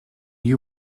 you